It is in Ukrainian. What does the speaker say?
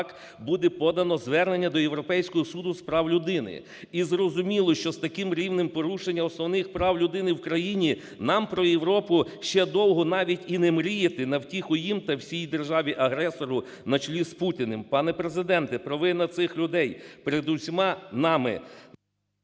буде подано звернення до Європейського суду з прав людини. І зрозуміло, що з таким рівнем порушення основних прав людини в країні нам про Європу ще довго навіть і не мріяти на втіху їм та всій державі-агресору на чолі з Путіним. Пане Президенте, провина цих людей перед усіма нами…"